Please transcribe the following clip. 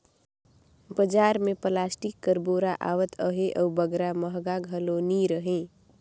बजार मे पलास्टिक कर बोरा आवत अहे अउ बगरा महगा घलो नी रहें